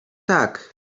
tak